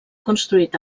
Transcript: construït